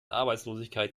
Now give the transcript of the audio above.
arbeitslosigkeit